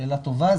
שאלה טובה.